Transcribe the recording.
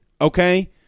okay